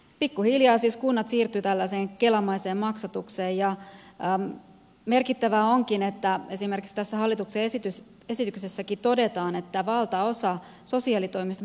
pikkuhiljaa siis kunnat siirtyivät tällaiseen kelamaiseen maksatukseen ja merkittävää onkin että esimerkiksi tässä hallituksen esityksessäkin todetaan että valtaosa sosiaalitoimiston työntekijöistä on etuuskäsittelijöitä